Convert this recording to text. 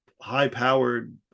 high-powered